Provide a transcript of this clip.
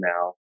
now